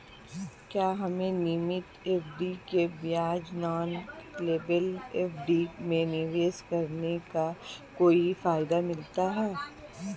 क्या हमें नियमित एफ.डी के बजाय नॉन कॉलेबल एफ.डी में निवेश करने का कोई फायदा मिलता है?